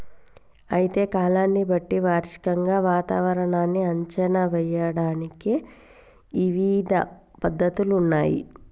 అయితే కాలాన్ని బట్టి వార్షికంగా వాతావరణాన్ని అంచనా ఏయడానికి ఇవిధ పద్ధతులున్నయ్యి